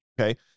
Okay